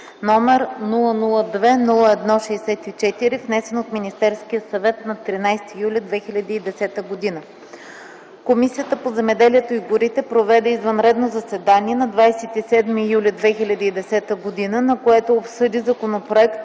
№ 002-01-64, внесен от Министерския съвет на 13 юли 2010 г. Комисията по земеделието и горите проведе извънредно заседание на 27 юли 2010 г. на което обсъди Законопроект